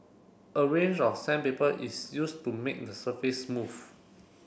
a range of sandpaper is used to make the surface smooth